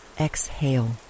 exhale